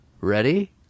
ready